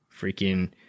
Freaking